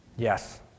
Yes